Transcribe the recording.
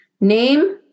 Name